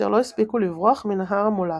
אשר לא הספיקו לברוח מנהר המולאסה.